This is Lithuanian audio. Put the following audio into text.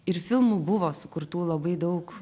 ir filmų buvo sukurtų labai daug